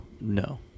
no